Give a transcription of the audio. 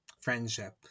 friendship